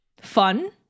fun